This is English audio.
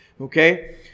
Okay